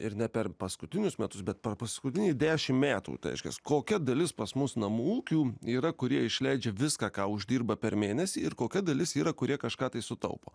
ir ne per paskutinius metus bet paskutinį dešimt metų reiškias kokia dalis pas mus namų ūkių yra kurie išleidžia viską ką uždirba per mėnesį ir kokia dalis yra kurie kažką tai sutaupo